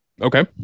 Okay